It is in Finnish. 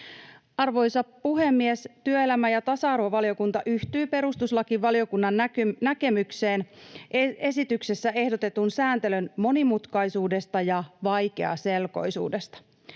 Arvoisa puhemies! Työelämä- ja tasa-arvovaliokunta yhtyy perustuslakivaliokunnan näkemykseen esityksessä ehdotetun sääntelyn monimutkaisuudesta ja vaikeaselkoisuudesta.